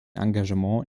engagement